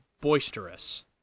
boisterous